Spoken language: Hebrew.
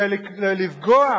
ולפגוע,